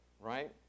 right